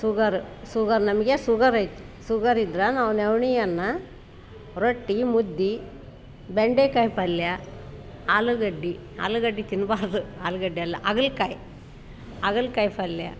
sugar sugar ನಮಗೆ sugar ಐತಿ sugar ಇದ್ರೆ ನಾವು ನವಣೆ ಅನ್ನ ರೊಟ್ಟಿ ಮುದ್ದೆ ಬೆಂಡೆಕಾಯಿ ಪಲ್ಯ ಆಲೂಗಡ್ಡೆ ಆಲೂಗಡ್ಡೆ ತಿನ್ನಬಾರ್ದು ಆಲೂಗಡ್ಡೆ ಅಲ್ಲ ಹಾಗಲ್ಕಾಯಿ ಹಾಗಲ್ಕಾಯಿ ಪಲ್ಯ